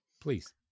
please